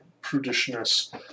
prudishness